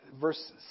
Verse